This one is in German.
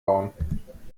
bauen